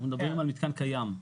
אנחנו מדברים על מתקן קיים.